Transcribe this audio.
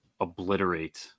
obliterate